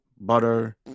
butter